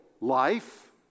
life